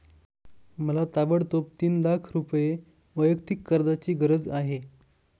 मला ताबडतोब तीन लाख रुपये वैयक्तिक कर्जाची गरज आहे